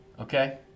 okay